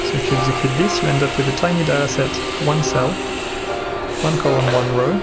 so if you execute this you end up with a tiny data set one cell one column, one row.